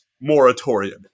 moratorium